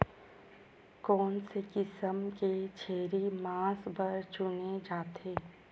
कोन से किसम के छेरी मांस बार चुने जाथे?